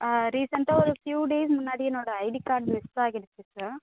ரீசண்டாக ஒரு few days முன்னாடி என்னோடய ஐடி கார்ட் மிஸ் ஆகிடுச்சு சார்